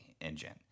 engine